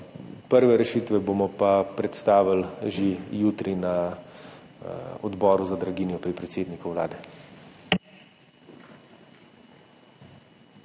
Prve rešitve bomo pa predstavili že jutri na odboru za draginjo pri predsedniku Vlade.